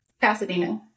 Pasadena